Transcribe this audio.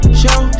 show